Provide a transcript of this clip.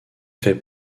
fait